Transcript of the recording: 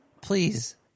please